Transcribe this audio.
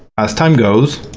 as time goes,